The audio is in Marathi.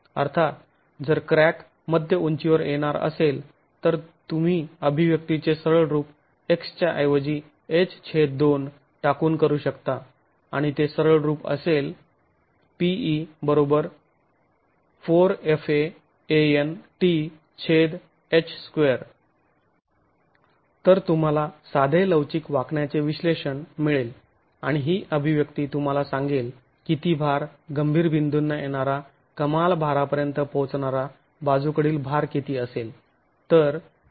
अर्थात जर क्रॅक मध्य उंचीवर येणार असेल तर तुम्ही अभिव्यक्तीचे सरळ रूप x च्या ऐवजी h2 टाकून करू शकता आणि ते सरळ रूप असेल pe 4 fa An th2 तर तुम्हाला साधे लवचिक वाकण्याचे विश्लेषण मिळेल आणि ही अभिव्यक्ती तुम्हाला सांगेल किती भार गंभीर बिंदूंना येणारा कमाल भारापर्यंत पोहोचणारा बाजूकडील भार किती असेल